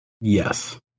Yes